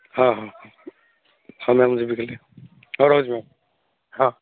ହଁ ହଁ ହଁ ମ୍ୟାମ୍ ଯିବି କାଲି ହଉ ରହୁଛି ମ୍ୟାମ୍ ହଁ